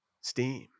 STEAM